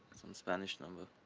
some spanish number.